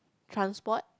transport